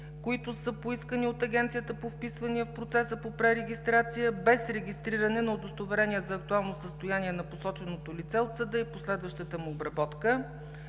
които са поискани от Агенцията по вписванията в процеса по пререгистрация, без регистриране на удостоверения за актуално състояние на посоченото лице от съда и последващата му обработка.